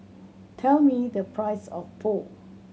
tell me the price of Pho